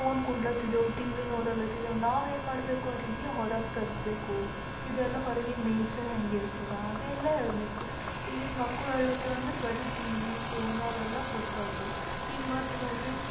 phone ಕೊಡ್ಲತ್ತಿದೇವೆ TV ನೋಡಲತ್ತಿದ್ದೇವೆ ನಾವು ಏನು ಮಾಡ್ಬೇಕು ಅವ್ರಿಗೆ ಹೊರಗೆ ತರಬೇಕು ಇದೆಲ್ಲ ಹೊರಗಿನ ನೇಚರ್ ಹೆಂಗಿರ್ತದ ಅದೆಲ್ಲ ಹೇಳ್ಬೇಕು ಈಗಿನ ಮಕ್ಕಳು ಅಳ ಹತ್ತಾರಂದ್ರೆ ಬರೀ ಟಿವಿ ಫೋನ್ ಅವೆಲ್ಲ ಕೊಡ್ಬಾರ್ದು ಈಗ ಮತ್ತು ನೋಡ್ರಿ